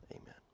Amen